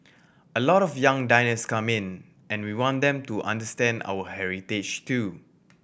a lot of young diners come in and we want them to understand our heritage too